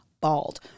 bald